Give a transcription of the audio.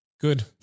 Good